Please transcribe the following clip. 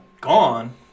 gone